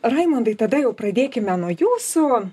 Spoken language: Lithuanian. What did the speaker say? raimundai tada jau pradėkime nuo jūsų